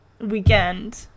weekend